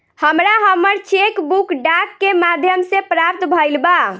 हमरा हमर cheque book डाक के माध्यम से प्राप्त भईल बा